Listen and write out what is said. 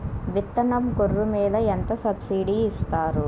విత్తనం గొర్రు మీద ఎంత సబ్సిడీ ఇస్తారు?